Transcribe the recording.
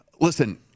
listen